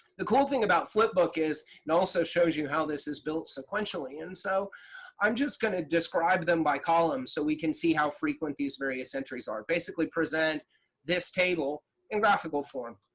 the cool thing about flipbook is it and also shows you how this is built sequentially. and so i'm just going to describe them by column so we can see how frequent these various entries are. basically present this table in graphical form.